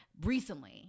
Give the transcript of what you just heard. Recently